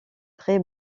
très